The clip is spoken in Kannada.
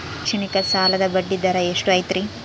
ಶೈಕ್ಷಣಿಕ ಸಾಲದ ಬಡ್ಡಿ ದರ ಎಷ್ಟು ಐತ್ರಿ?